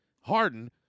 Harden